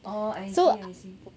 orh I see I see